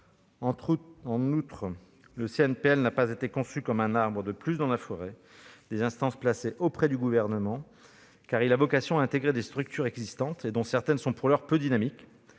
En outre, le CNPL n'a pas été conçu comme un arbre de plus dans la forêt des instances placées auprès du Gouvernement. Il a vocation à intégrer des structures existantes, dont certaines sont pour l'heure peu dynamiques,